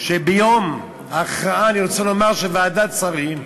שביום ההכרעה, אני רוצה לומר, של ועדת השרים,